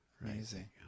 Amazing